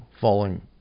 falling